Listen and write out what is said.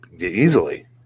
Easily